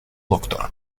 doctor